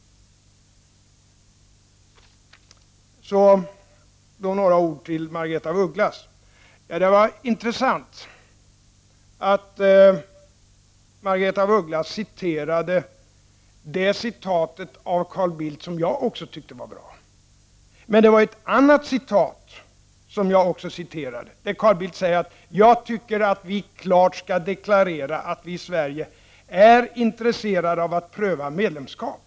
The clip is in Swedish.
Sedan några ord till Margaretha af Ugglas. Det var intressant att Margaretha af Ugglas använde det citat av Carl Bildt som också jag tyckte var bra. Men det var ett annat uttalande som jag citerade där Carl Bildt sade så här: Jag tycker att vi klart skall deklarera att vi i Sverige är intresserade av att pröva medlemskap.